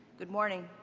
good morning.